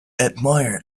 admire